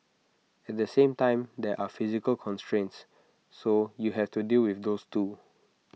at the same time there are physical constraints so you have to deal with those too